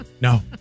No